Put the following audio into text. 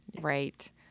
Right